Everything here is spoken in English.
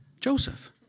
Joseph